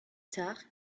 tard